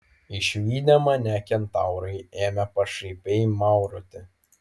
išvydę mane kentaurai ėmė pašaipiai mauroti